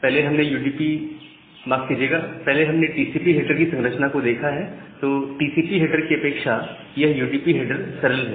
पहले हमने TCP header की संरचना को देखा है तो टीसीपी हेडर की अपेक्षा यह यूडीपी हेडर सरल है